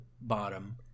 bottom